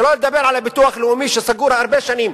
שלא לדבר על הביטוח הלאומי שסגור הרבה שנים.